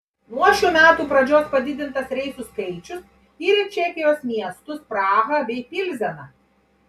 nuo šių metų pradžios padidintas reisų skaičius ir į čekijos miestus prahą bei pilzeną